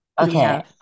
Okay